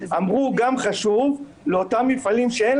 אמרו גם חשוב לתת לאותם מפעלים שאין